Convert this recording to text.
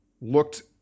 looked